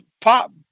pop